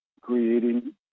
creating